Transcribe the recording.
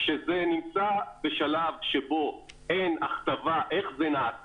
כשזה נמצא בשלב שבו אין הכתבה איך זה נעשה